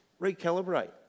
recalibrate